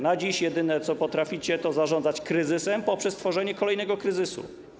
Na dziś jedyne, co potraficie, to zarządzanie kryzysem poprzez tworzenie kolejnego kryzysu.